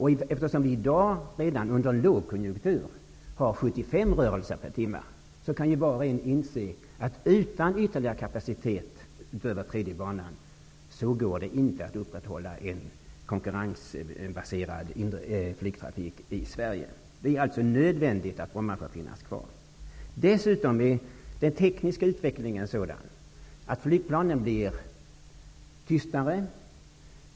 Eftersom vi i dag, redan under lågkonjunktur, har 75 rörelser per timme, kan var och en inse att det utan ytterligare kapacitet utöver den tredje banan, inte går att upprätthålla en konkurrensbaserad flygtrafik i Sverige. Det är nödvändigt att Bromma får finnas kvar. Dessutom är den tekniska utvecklingen sådan att flygplanen blir allt tystare.